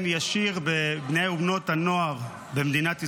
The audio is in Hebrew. ישיר בבני ובנות הנוער במדינת ישראל,